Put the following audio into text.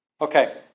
Okay